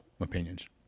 opinions